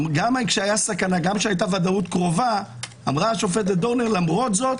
גם כשהייתה ודאות קרובה אמרה השופטת דורנר: למרות זאת